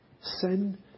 Sin